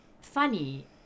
funny